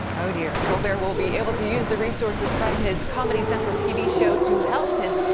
oh, dear. colbert will be able to use the resources from his comedy central tv show to help his,